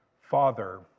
Father